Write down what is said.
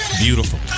beautiful